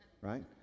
Right